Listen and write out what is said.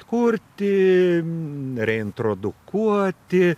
kurti reintrodukuoti